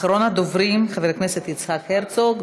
אחרון הדוברים, חבר הכנסת יצחק הרצוג.